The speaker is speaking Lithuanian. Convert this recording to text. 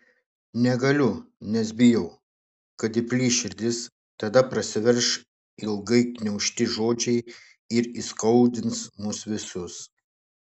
negaliu nes bijau kad įplyš širdis tada prasiverš ilgai gniaužti žodžiai ir įskaudins mus visus